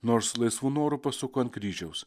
nors laisvu noru pasuko ant kryžiaus